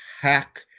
hack